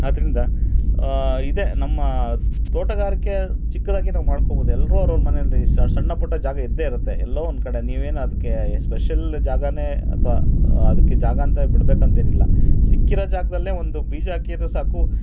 ಆದ್ದರಿಂದ ಇದೆ ನಮ್ಮ ತೋಟಗಾರಿಕೆ ಚಿಕ್ಕದಾಗಿ ನಾವು ಮಾಡ್ಕೊಬೋದು ಎಲ್ಲರೂ ಅವ್ರವ್ರ ಮನೆಯಲ್ಲಿ ಸ ಸಣ್ಣ ಪುಟ್ಟ ಜಾಗ ಇದ್ದೇ ಇರುತ್ತೆ ಎಲ್ಲೋ ಒಂದು ಕಡೆ ನೀವೇನೂ ಅದಕ್ಕೆ ಸ್ಪೆಷಲ್ ಜಾಗಾನೇ ಅಥವಾ ಅದಕ್ಕೆ ಜಾಗ ಅಂತ ಬಿಡ್ಬೇಕು ಅಂತ ಏನೂ ಇಲ್ಲ ಸಿಕ್ಕಿರೋ ಜಾಗ್ದಲ್ಲೇ ಒಂದು ಬೀಜ ಹಾಕಿರ್ರೆ ಸಾಕು